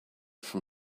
from